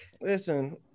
Listen